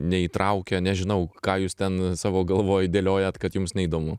neįtraukia nežinau ką jūs ten savo galvoj dėliojat kad jums neįdomu